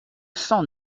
cent